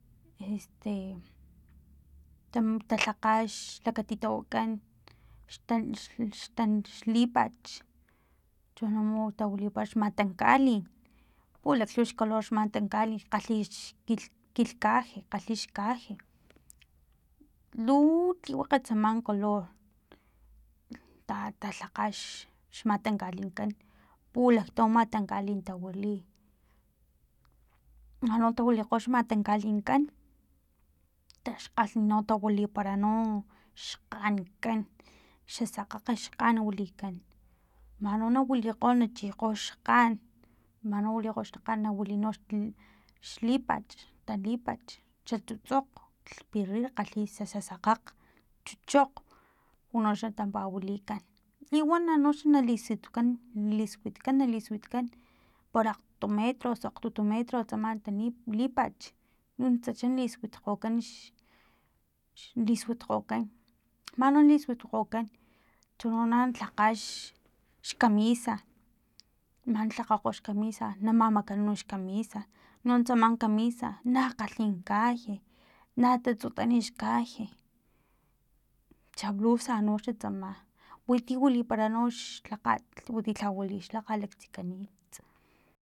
Este ta talhakga xlakatitawakan xtan xtan lipach chono tawilipara xmatankalin pulaklhuwa xcolor xmatankalin kgalhi xkilh kaje kgalhi xkaje luuu tliwakga tsama color ta talhakga xmatankalinkan pulakto matankalin tawili man no tawilikgo xmatankalinkan xkgalh tawilipara no xkgankan xa sakgakga xkgan wilikan manno na wilikgo na chikgo xkgan mano wilikgo xkgan nawili no xlipach talipach xa tsutsokg lhpirir kgalhi xa sakgakg chuchukg unoxa tampawilikan liwana noxa na lisuitkan lisuitkan para akgtumetro osu akgtutu metro tsama ta lipach nuntsa xa lisuitwikgokan x lisuitkgokan man no na lisitwikgokan chono na lhakga xkamisa man lhakgakgo xkamisa na mamakanu xkamisa nuntsa no kamisa na kgalhin kaje na tatsutani xkaje xa blusa no xa tsama witi wilipara nox lhakgat witi lha wili xlhakat lak tsikanints